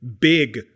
big